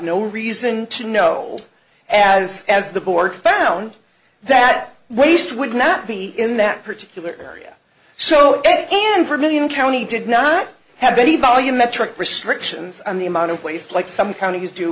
no reason to know as as the board found that waste would not be in that particular area so again for a million county did not have any volumetric restrictions on the amount of waste like some counties do